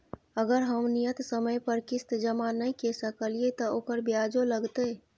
अगर हम नियत समय पर किस्त जमा नय के सकलिए त ओकर ब्याजो लगतै?